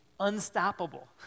unstoppable